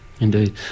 indeed